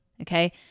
Okay